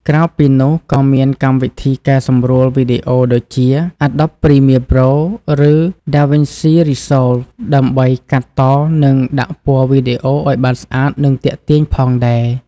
ក្រៅពីនោះក៏មានកម្មវិធីកែសម្រួលវីដេអូដូចជា Adobe Premiere Pro ឬ DaVinci Resolve ដើម្បីកាត់ត និងដាក់ពណ៌វីដេអូឲ្យបានស្អាត និងទាក់ទាញផងដែរ។